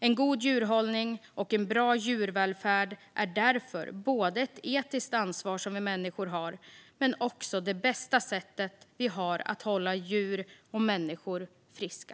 En god djurhållning och en bra djurvälfärd är därför både ett etiskt ansvar som vi människor har och även det bästa sättet vi har att hålla djur och människor friska.